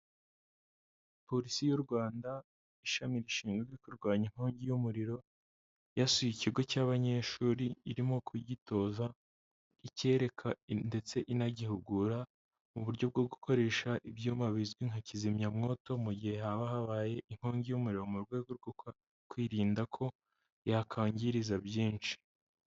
Polisi y'u Rwanda, ishami rishinzwe kurwanya inkongi y'umuriro, yasuye ikigo cy'abanyeshuri, irimo kugitoza, icyereka ndetse inagihugura mu buryo bwo gukoresha ibyuma bizwi nka kizimyamwoto mu gihe haba habaye inkongi y'umuriro mu rwego rwo kwirinda ko yakangiriza byinshi.